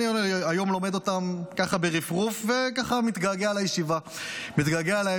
והיום אני לומד אותן ברפרוף וככה מתגעגע לישיבה -- תלמד עוד